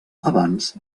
abans